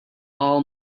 all